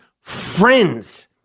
friends